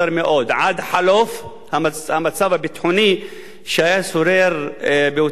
עד חלוף המצב הביטחוני ששרר באותה תקופה.